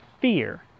fear